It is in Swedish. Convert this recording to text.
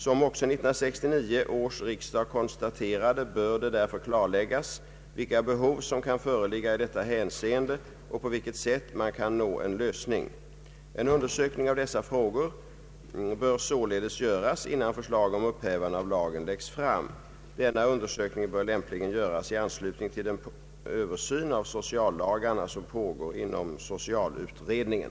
Som också 1969 års riksdag konstaterade bör det därför klarläggas vilka behov som kan föreligga i detta hänseende och på vilket sätt man kan nå en lösning. En undersökning av dessa frågor bör således göras, innan förslag om upphävande av lagen läggs fram. Denna undersökning bör lämpligen göras i anslutning till den översyn av sociallagarna som pågår inom socialutredningen.